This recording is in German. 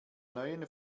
neuen